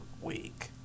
week